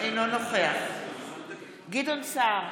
אינו נוכח גדעון סער,